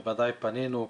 בוודאי פנינו.